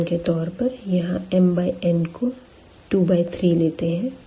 उदहारण के तौर पर यहाँ m बाय n को 2 बाय 3 ले लेते है